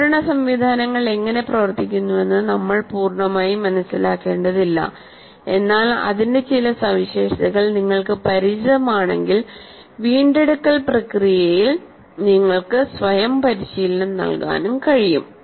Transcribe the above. സംഭരണ സംവിധാനങ്ങൾ എങ്ങനെ പ്രവർത്തിക്കുന്നുവെന്ന് നമ്മൾ പൂർണ്ണമായി മനസിലാക്കേണ്ടതില്ല എന്നാൽ അതിന്റെ ചില സവിശേഷതകൾ നിങ്ങൾക്ക് പരിചിതമാണെങ്കിൽ വീണ്ടെടുക്കൽ പ്രക്രിയയിൽ നിങ്ങൾക്ക് സ്വയം പരിശീലനം നൽകാനും കഴിയും